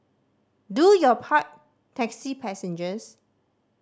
do your part taxi passengers